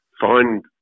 find